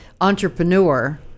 entrepreneur